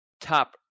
top